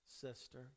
sister